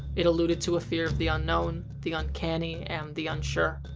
it alluded to a fear of the unknown, the uncanny, and the unsure.